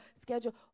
schedule